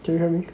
can you hear me